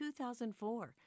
2004